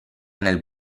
nel